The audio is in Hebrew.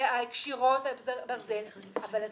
שהקשירות אבל תשמעו,